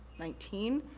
nineteen.